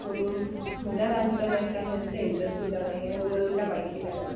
म्हणून मला राजकारणात काही जास्त इंट्रेस्टसुद्धा नाही आहे म्हणून काही माहिती नाही मला